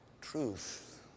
Truth